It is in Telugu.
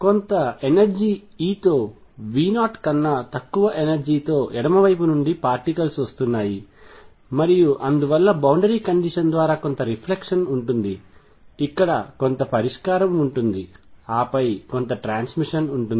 కొంత ఎనర్జీ E తో V0 కన్నా తక్కువ ఎనర్జీతో ఎడమ వైపు నుండి పార్టికల్స్ వస్తున్నాయి మరియు అందువల్ల బౌండరీ కండిషన్ ద్వారా కొంత రిఫ్లెక్షన్ ఉంటుంది ఇక్కడ కొంత పరిష్కారం ఉంటుంది ఆపై కొంత ట్రాన్స్మిషన్ ఉంటుంది